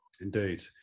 Indeed